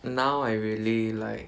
now I really like